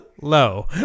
low